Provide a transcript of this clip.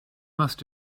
must